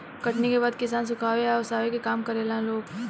कटनी के बाद किसान सुखावे आ ओसावे के काम करेला लोग